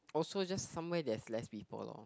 also just somewhere there is less people lor